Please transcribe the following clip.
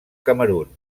camerun